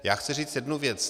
Já chci říct jednu věc.